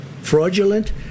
fraudulent